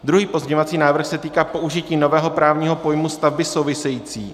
Druhý pozměňovací návrh se týká použití nového právního pojmu stavby související.